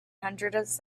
hundreds